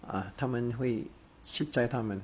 uh 他们会去载他们